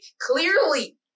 clearly